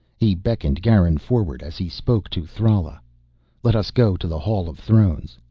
he beckoned garin forward as he spoke to thrala let us go to the hall of thrones.